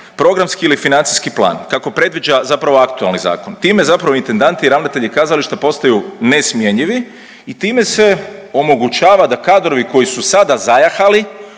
programski ili financijski plan kako predviđa zapravo aktualni zakon. Time zapravo intendanti i ravnatelji kazališta postaju nesmjenjivi i time se omogućava da kadrovi koji su sada zajahali